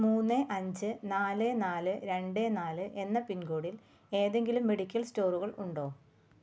മൂന്ന് അഞ്ച് നാല് നാല് രണ്ട് നാല് എന്ന പിൻ കോഡിൽ ഏതെങ്കിലും മെഡിക്കൽ സ്റ്റോറുകൾ ഉണ്ടോ